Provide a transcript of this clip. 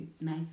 nice